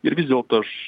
ir vis dėlto aš